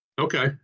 Okay